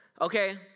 Okay